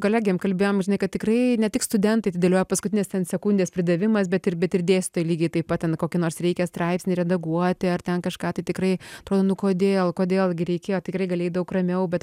kolegėm kalbėjom žinai kad tikrai ne tik studentai atidėlioja paskutinės ten sekundės pridavimas bet ir bet ir dėstytojai lygiai taip pat ten kokį nors reikia straipsnį redaguoti ar ten kažką tai tikrai atrodo nu kodėl kodėl gi reikėjo tikrai galėjai daug ramiau bet